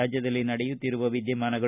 ರಾಜ್ಯದಲ್ಲಿ ನಡೆಯುತ್ತಿರುವ ವಿದ್ಯಮಾನಗಳು